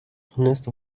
تونست